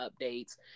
updates